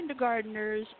kindergarteners